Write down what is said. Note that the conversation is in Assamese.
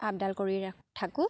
আপডাল কৰি থাকোঁ